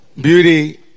beauty